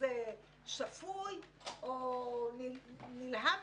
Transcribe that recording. או לרב דרוקמן,